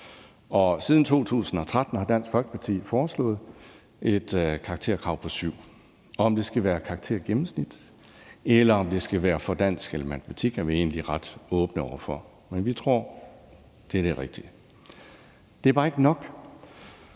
Siden 2013 har Dansk Folkeparti foreslået et karakterkrav på 7. Om det skal være et karaktergennemsnit, eller om det skal være for dansk eller matematik, er vi egentlig ret åbne over for. Men vi tror, at det er det rigtige. Det er bare ikke nok.